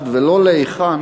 ולא להיכן